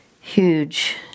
huge